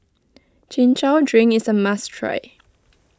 Chin Chow Drink is a must try